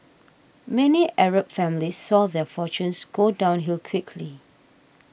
many Arab families saw their fortunes go downhill quickly